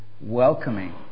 welcoming